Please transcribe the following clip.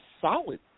solid